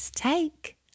Take